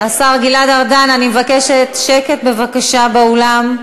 גלעד ארדן, אני מבקשת שקט באולם.